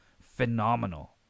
phenomenal